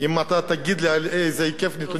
אם אתה תגיד לי על איזה היקף נתונים,